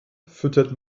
füttert